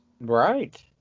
Right